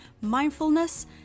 mindfulness